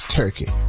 turkey